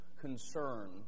concern